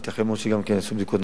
ייתכן מאוד שייעשו בדיקות נוספות.